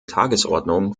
tagesordnung